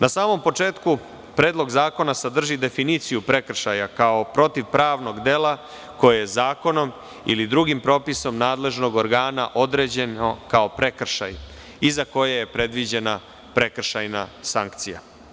Na samom početku Predlog zakona sadrži definiciju prekršaja kao protivpravnog dela koje je zakonom ili drugim propisom nadležnog organa određeno kao prekršaj i za koje je predviđena prekršajna sankcija.